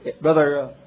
brother